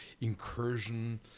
incursion